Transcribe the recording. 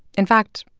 in fact,